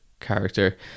character